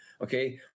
Okay